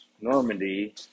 Normandy